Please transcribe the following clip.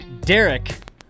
Derek